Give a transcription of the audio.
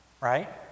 right